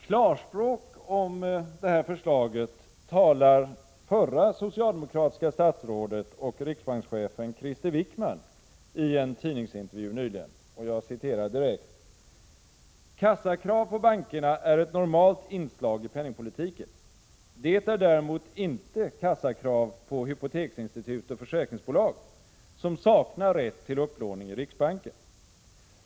Klarspråk om förslaget talar förre socialdemokratiska statsrådet och riksbankschefen Krister Wickman i en tidningsintervju nyligen: ”Kassakrav på bankerna är ett normalt inslag i penningpolitiken. Det är däremot inte kassakrav på hypoteksinstitut och försäkringsbolag, som saknar rätt till upplåning i riksbanken.